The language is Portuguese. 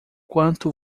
quanto